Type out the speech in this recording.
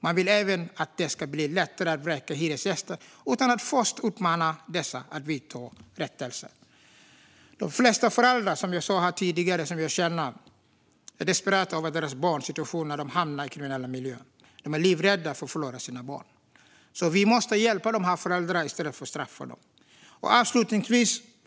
Man vill även att det ska bli lättare att vräka hyresgäster utan att först uppmana dessa att vidta rättelse. De flesta föräldrar som jag nämnde tidigare är desperata över deras barns situation när de hamnar i kriminella miljöer. De är livrädda för att förlora sina barn. Vi måste hjälpa dessa föräldrar i stället för att straffa dem. Fru talman!